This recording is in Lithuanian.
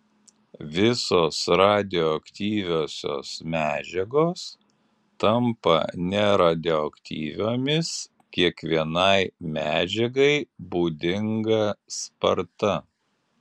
visos radioaktyviosios medžiagos tampa neradioaktyviomis kiekvienai medžiagai būdinga sparta